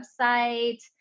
website